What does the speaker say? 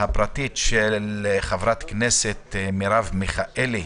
הפרטית של חברת הכנסת מרב מיכאלי,